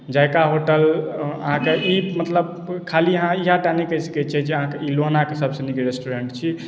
Zaika hotel अहाँके ई मतलब खाली अहाँ इहएटा नहि कहि सकैत छियै जे ई लोहनाके सभसँ नीक रेस्टोरेन्ट छी